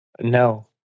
No